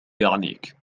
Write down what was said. يعنيك